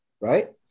right